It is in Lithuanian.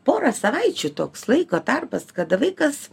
porą savaičių toks laiko tarpas kada vaikas